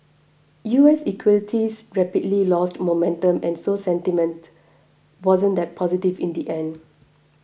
U S equities rapidly lost momentum and so sentiment wasn't that positive in the end